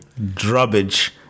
drubbage